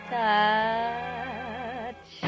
touch